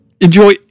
enjoy